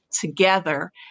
together